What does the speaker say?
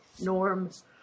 norms